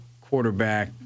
quarterback